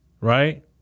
right